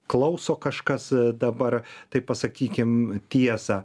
klauso kažkas dabar tai pasakykim tiesą